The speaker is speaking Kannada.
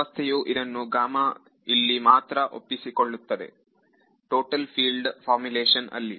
ವ್ಯವಸ್ಥೆಯು ಇದನ್ನು ಇಲ್ಲಿ ಮಾತ್ರ ಒಪ್ಪಿಕೊಳ್ಳುತ್ತದೆ ಟೋಟಲ್ ಫೀಲ್ಡ್ ಫಾರ್ಮುಲೇಶನ್ ಅಲ್ಲಿ